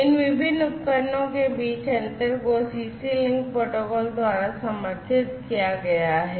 इन विभिन्न उपकरणों के बीच अंतर को सीसी लिंक प्रोटोकॉल द्वारा समर्थित किया गया है